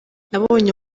nabonye